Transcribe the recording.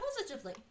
positively